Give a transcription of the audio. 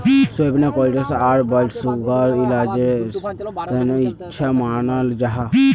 soybean cholesterol आर blood सुगरर इलाजेर तने अच्छा मानाल जाहा